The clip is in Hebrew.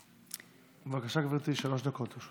בבקשה, גברתי, שלוש דקות.